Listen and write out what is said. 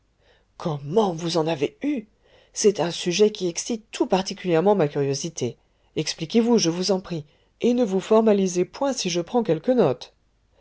comment voua en avez eu c'est un sujet qui excite tout particulièrement ma curiosité expliquez-vous je vous en prie et ne vous formalisez point si je prends quelques notes